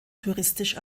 touristisch